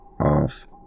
off